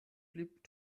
blieb